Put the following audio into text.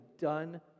done